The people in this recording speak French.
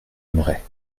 aimerait